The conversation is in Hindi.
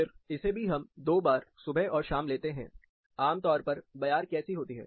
फिर इसे भी हम दो बार सुबह और शाम लेते हैं आमतौर पर बयार कैसी होती है